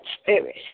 spirit